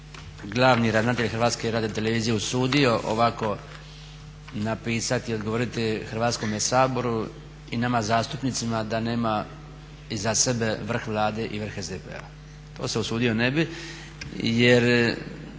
glavni ravnatelj HRT-a usudio ovako napisati i odgovoriti Hrvatskome saboru i nama zastupnicima da nema iza sebe vrh Vlade i vrh SDP-a to se usudio ne bi jer